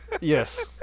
Yes